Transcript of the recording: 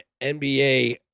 NBA